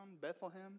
Bethlehem